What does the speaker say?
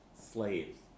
slaves